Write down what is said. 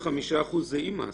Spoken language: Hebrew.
65% זה עם מאסר.